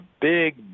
big